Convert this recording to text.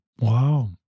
Wow